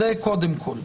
זה קודם כל.